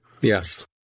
Yes